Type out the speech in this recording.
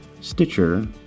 Stitcher